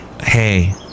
Hey